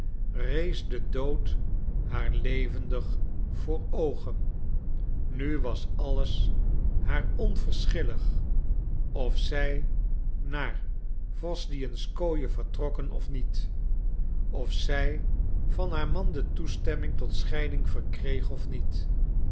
overwinnen rees de dood haar levendig voor oogen nu was alles haar onverschillig of zij naar wosdwijenskoje vertrokken of niet of zij van haar man de toestemming tot scheiding verkreeg of niet